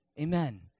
Amen